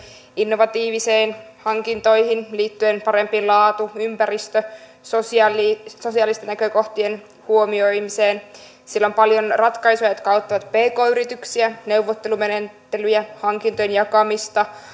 innovatiivisiin hankintoihin liittyen parempiin laatu ympäristö ja sosiaalisten näkökohtien huomioimiseen siellä on paljon ratkaisuja jotka auttavat pk yrityksiä neuvottelumenettelyjä hankintojen jakamista